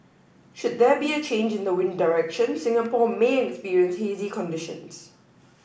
should there be a change in the wind direction Singapore may experience hazy conditions